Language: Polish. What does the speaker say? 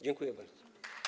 Dziękuję bardzo.